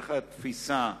מה התפיסה,